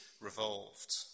revolved